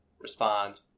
respond